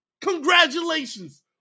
congratulations